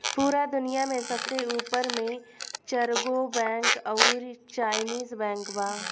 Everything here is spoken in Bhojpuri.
पूरा दुनिया में सबसे ऊपर मे चरगो बैंक अउरी चाइनीस बैंक बा